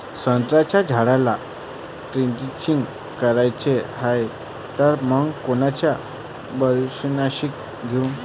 संत्र्याच्या झाडाला द्रेंचींग करायची हाये तर मग कोनच बुरशीनाशक घेऊ?